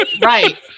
Right